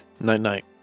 Night-night